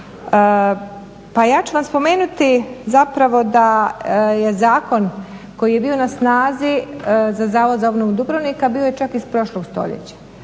pa ja ću vam spomenuti zapravo da je zakon koji je bio na snazi za Zavod za obnovu Dubrovnika bio je čak iz prošlog stoljeća.